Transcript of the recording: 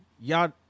y'all